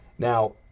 Now